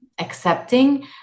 accepting